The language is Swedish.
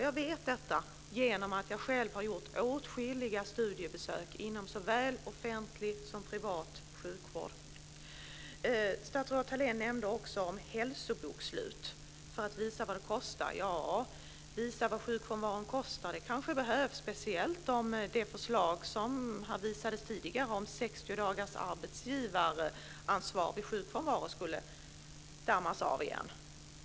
Jag vet detta genom att jag själv har gjort åtskilliga studiebesök inom såväl offentlig som privat sjukvård. Statsrådet Thalén talade också om hälsobokslut för att man ska kunna visa vad sjukfrånvaron kostar. Det kanske behövs, speciellt om det tidigare förslaget om arbetsgivaransvar för 60 dagar vid sjukfrånvaro skulle dammas av igen.